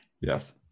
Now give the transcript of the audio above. Yes